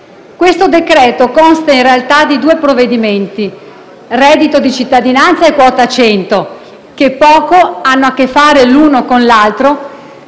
esame consta, in realtà, di due provvedimenti (reddito di cittadinanza e quota 100), che poco hanno a che fare l'uno con l'altro.